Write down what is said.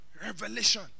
revelation